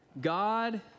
God